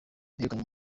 begukanye